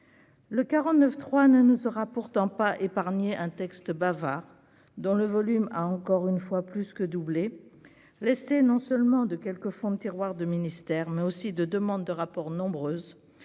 le 49 3 ne nous aura pourtant pas épargné un texte bavard, dont le volume a encore une fois plus que doublé, été non seulement de quelques fonds de tiroir de ministères, mais aussi de demandes de rapport, nombreuses